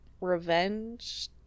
revenge